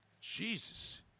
Jesus